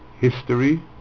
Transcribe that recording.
history